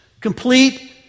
complete